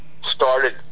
started